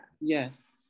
Yes